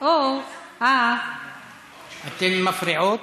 אתן מפריעות